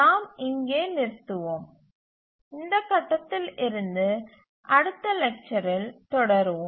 நாம் இங்கே நிறுத்துவோம் இந்த கட்டத்தில் இருந்து அடுத்த லெக்சரில் தொடருவோம்